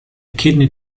kidney